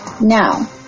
Now